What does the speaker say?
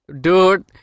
Dude